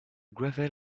gravel